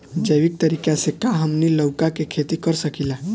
जैविक तरीका से का हमनी लउका के खेती कर सकीला?